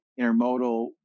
intermodal